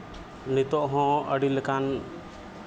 ᱱᱤᱛᱚᱜ ᱦᱚᱸ ᱟᱹᱰᱤ ᱞᱮᱠᱟᱱ